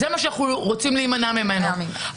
זה מה שאנחנו רוצים להימנע ממנו.